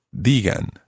digan